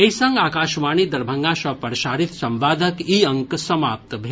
एहि संग आकाशवाणी दरभंगा सँ प्रसारित संवादक ई अंक समाप्त भेल